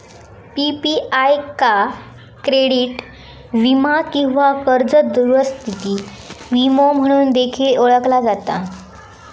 PPI का credit वीमा किंवा कर्ज दुरूस्ती विमो म्हणून देखील ओळखला जाता